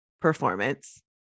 performance